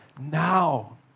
Now